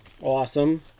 Awesome